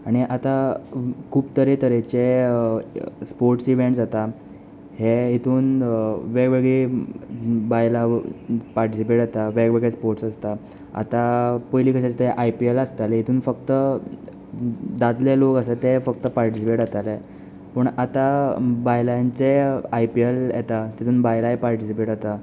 आनी आतां खूब तरेतरेचे स्पोट्स इवेंट जाता हे हितून वेगवेगळी बायलां पाटिसिपेट जाता वेगवेगळे स्पोट्स आसता आतां पयली कशें आसतालें आयपीएल आसतालें हितून फक्त दादले लोक आसा ते फक्त पार्टिसीपेट जाताले पूण आतां बायलांचेंय आयपीएल येता तितून बायलांय पार्टिसीपेट जाता